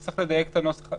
צריך לדייק את הנוסח.